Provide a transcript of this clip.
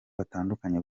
batandukanye